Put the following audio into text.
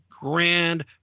grand